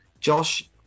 Josh